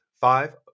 five